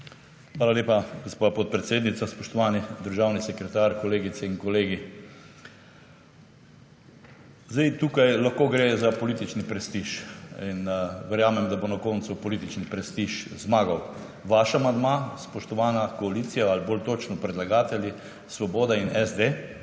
Hvala lepa, gospa podpredsednica. Spoštovani državni sekretar, kolegice in kolegi! Tukaj lahko gre za političen prestiž in verjamem, da bo na koncu političen prestiž zmagal. Vaš amandma, spoštovana koalicija ali bolj točno predlagatelj Svoboda in SD,